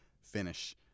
Finish